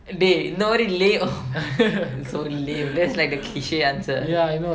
டே இந்தமாரி:dae inthamaari lay so lame that's like the cliche answer